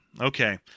Okay